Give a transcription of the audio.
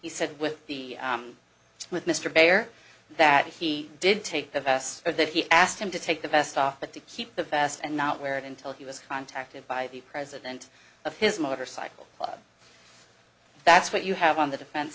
he said with the with mr baer that he did take the vest or that he asked him to take the vest off but to keep the vest and not wear it until he was contacted by the president of his motorcycle club that's what you have on the defen